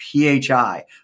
PHI